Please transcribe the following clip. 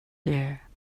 there